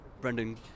Brendan